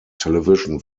television